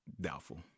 Doubtful